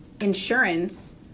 insurance